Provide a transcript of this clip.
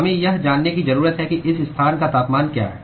हमें यह जानने की जरूरत है कि इस स्थान का तापमान क्या है